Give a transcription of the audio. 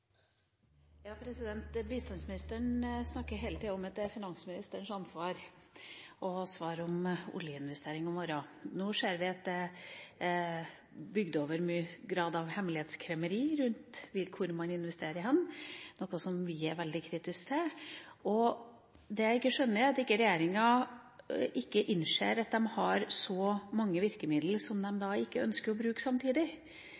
det gjelder oljeinvesteringene våre. Nå ser vi at det er bygd opp mye hemmelighetskremmeri rundt hvor man vil investere hen, noe som Venstre er veldig kritisk til. Det jeg ikke skjønner, er at regjeringa ikke innser at de har så mange virkemidler – som de da ikke ønsker å bruke samtidig.